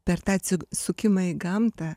per tą sukimą į gamtą